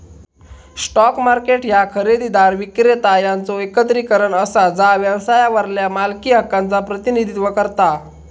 stock market ह्या खरेदीदार, विक्रेता यांचो एकत्रीकरण असा जा व्यवसायावरल्या मालकी हक्कांचा प्रतिनिधित्व करता